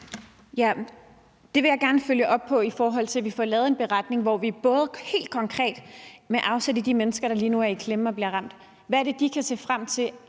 Det vil jeg gerne følge op på, i forhold til at vi får lavet en beretning, hvor vi tager afsæt i de mennesker, der lige nu er i klemme og bliver ramt. Hvad er det konkret, de kan se frem til,